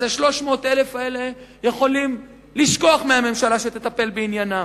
אז ה-300,000 האלה יכולים לשכוח מהממשלה שתטפל בעניינם.